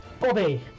Bobby